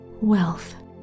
wealth